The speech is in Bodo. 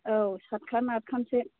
औ साथखान आथखानसो